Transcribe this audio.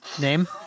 name